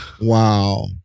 Wow